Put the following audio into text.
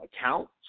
accounts